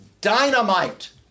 dynamite